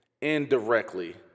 indirectly